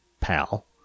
pal